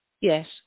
Yes